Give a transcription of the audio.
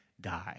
die